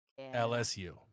LSU